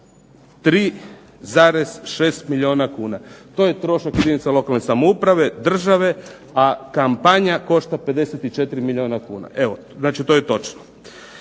153,6 milijuna kuna. To je trošak …/Ne razumije se./… lokalne samouprave, države, a kampanja košta 54 milijuna kuna. Evo znači to je točno.